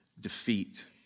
defeat